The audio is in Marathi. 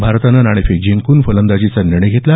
भारतानं नाणेफेक जिंकून फलंदाजीचा निर्णय घेतला